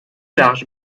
larges